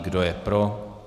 Kdo je pro?